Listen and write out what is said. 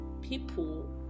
people